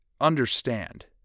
understand